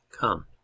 come